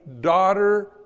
daughter